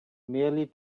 merely